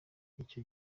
icyo